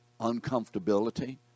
uncomfortability